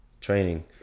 training